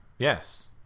Yes